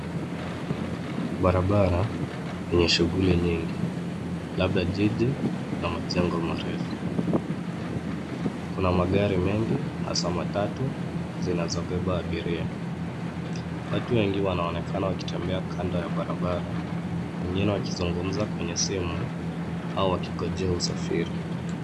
Barabara yenye shughuli nyingi labda jiji na majengo marefu. Kuna magari mengi hasa matatu zinazobeba abiria. Watu wengi wanaonekana wakitembea kando ya barabara wengine wakizungumza kwenye simu au wakingojea usafiri.